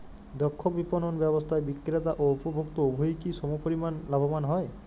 দক্ষ বিপণন ব্যবস্থায় বিক্রেতা ও উপভোক্ত উভয়ই কি সমপরিমাণ লাভবান হয়?